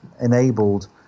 enabled